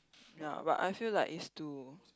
ya but I feel like it's to